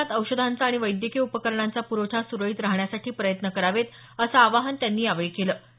देशात औषधांचा आणि वैद्यकीय उपकरणांचा प्रवठा सुरळीत राहण्यासाठी प्रयत्न करावेत असं आवाहन त्यांनी यावेळी केलं